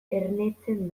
ernetzen